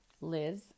Liz